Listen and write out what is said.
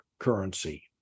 currency